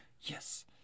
yes